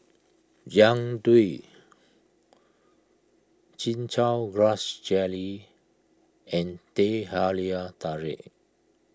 Jian Dui Chin Chow Grass Jelly and Teh Halia Tarik